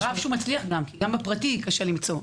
אשריו שהוא מצליח, כי גם טיפול פרטי קשה למצוא.